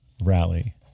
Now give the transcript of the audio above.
rally